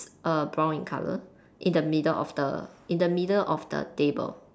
err brown in colour in the middle of the in the middle of the table